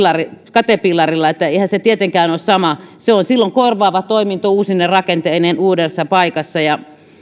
katerpillarilla eihän se tietenkään ole sama se on silloin korvaava toiminto uusine rakenteineen uudessa paikassa